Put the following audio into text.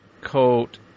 coat